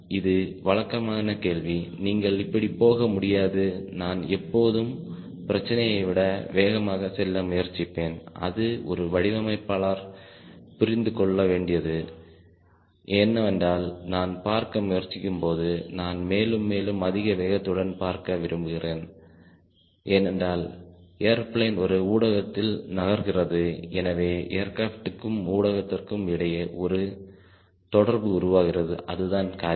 இது வழக்கமான கேள்வி நீங்கள் இப்படி போக முடியாது நான் எப்போதும் பிரச்சினையை விட வேகமாக செல்ல முயற்சிப்பேன் அது ஒரு வடிவமைப்பாளர் புரிந்து கொள்ளவேண்டியது என்னவென்றால் நான் பரக்க முயற்சிக்கும்போது நான் மேலும் மேலும் அதிக வேகத்துடன் பார்க்க விரும்புகிறேன் ஏனென்றால் ஏர்பிளேன் ஒரு ஊடகத்தில் நகர்கிறது எனவே ஏர்கிராப்ட்க்கும் ஊடகத்திற்கும் இடையே ஒரு தொடர்பு உருவாகிறது அதுதான் காற்று